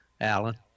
Alan